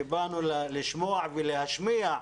שבאנו לשמוע ולהשמיע,